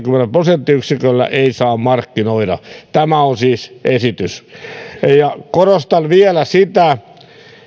prosenttiyksiköllä ei saa markkinoida tämä on siis esitys korostan vielä sitä